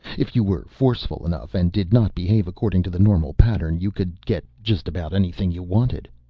if you were forceful enough and did not behave according to the normal pattern you could get just about anything you wanted.